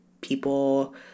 people